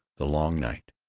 the long night,